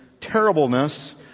terribleness